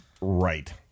Right